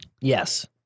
Yes